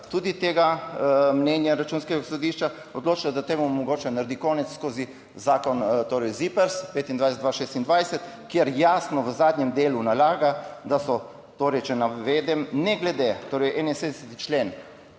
tudi tega mnenja Računskega sodišča odločila, da temu mogoče naredi konec skozi zakon torej ZIPRS 2025, 2026 kjer jasno v zadnjem delu nalaga, da so torej, če navedem ne glede torej 71. člen